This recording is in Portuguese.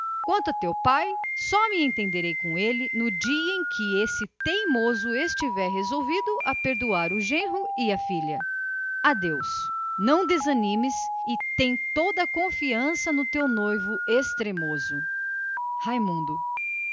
a teu pai só me entenderei com ele no dia em que esse teimoso estiver resolvido a perdoar o genro e a filha adeus não desanimes e tem plena confiança no teu noivo extremoso raimundo